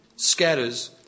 Scatters